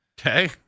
Okay